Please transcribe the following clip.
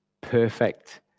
perfect